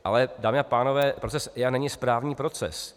Ale dámy a pánové, proces EIA není správní proces.